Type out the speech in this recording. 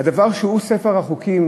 שהוא ספר החוקים,